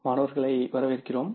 மாணவர்களை வரவேற்கிறோம்